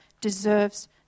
deserves